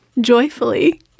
joyfully